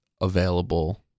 available